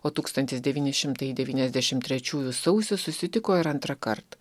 o tūkstantis devyni šimtai devyniasdešim trečiųjų sausį susitiko ir antrąkart